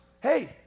Hey